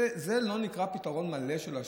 זה לא נקרא פתרון מלא לשוק.